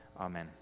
Amen